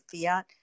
fiat